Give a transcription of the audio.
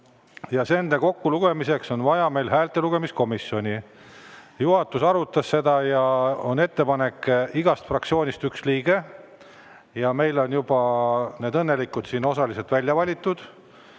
Ja häälte kokkulugemiseks on meil vaja häältelugemiskomisjoni. Juhatus arutas seda ja on ettepanek valida igast fraktsioonist üks liige. Meil on juba need õnnelikud siin osaliselt välja valitud.